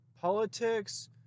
politics